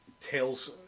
tales